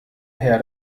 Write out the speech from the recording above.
herr